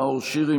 נאור שירי,